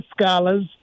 scholars